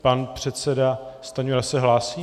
Pan předseda Stanjura se hlásí?